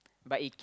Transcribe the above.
but it keep